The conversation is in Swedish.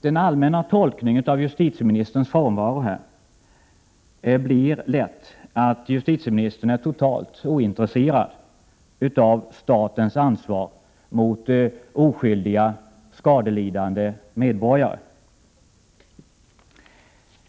Den allmänna tolkningen av justitieministerns frånvaro blir lätt att justitieministern är totalt ointresserad av statens ansvar gentemot oskyldiga skadelidande medborgare.